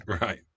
right